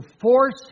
force